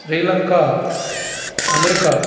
Sri Lanka America